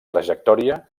trajectòria